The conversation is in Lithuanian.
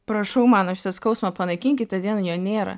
prašau mano šitą skausmą panaikink kitą dieną jo nėra